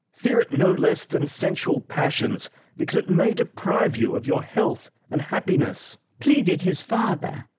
fear it no less than sensual passions because it may deprive you of your health and happiness pleaded his father.